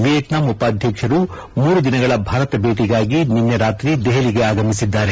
Vietnam ಉಪಾಧ್ಯಕ್ಷ ಮೂರು ದಿನಗಳ ಭಾರತ ಭೇಟಿಗಾಗಿ ನಿನ್ನೆ ರಾತ್ರಿ ದೆಹಲಿಗೆ ಆಗಮಿಸಿದ್ದಾರೆ